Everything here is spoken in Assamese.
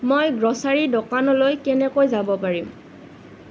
মই গ্ৰ'ছাৰী দোকানলৈ কেনেকৈ যাব পাৰিম